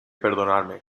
perdonarme